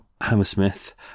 Hammersmith